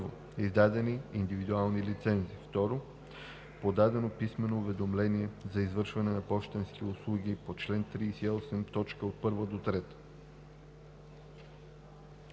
издадени индивидуални лицензни; 2. подадено писмено уведомление за извършване на пощенски услуги по чл. 38, т.